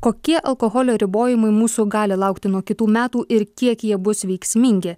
kokie alkoholio ribojimai mūsų gali laukti nuo kitų metų ir kiek jie bus veiksmingi